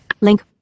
link